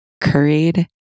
curried